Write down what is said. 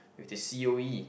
with the C_O_E